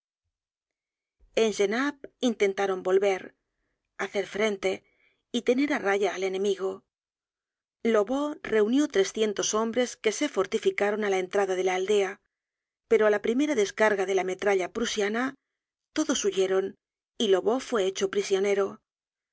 en genappe intentaron volver hacer frente y tener á raya al enemigo lobau reunió trescientos hombres que se fortificaron á la entrada de la aldea pero á la primera descarga de la metralla prusiana todos huyeron y lobau fue hecho prisionero